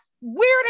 weird